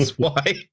why.